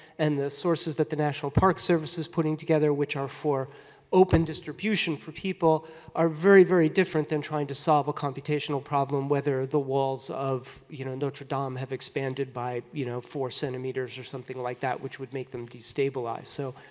and the sources that the national park service is putting together which are for open distribution for people are very, very different than trying to solve a computational problem. whether the walls of, you know, notre dame have expanded by, you know, four centimeters or something like that, which would make them destabilized. so